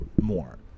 More